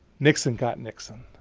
nixon got nixon.